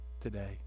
today